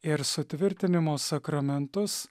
ir sutvirtinimo sakramentus